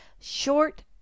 short